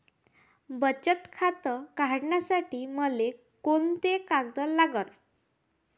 बचत खातं काढासाठी मले कोंते कागद लागन?